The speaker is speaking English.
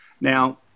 Now